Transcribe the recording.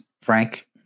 Frank